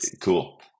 Cool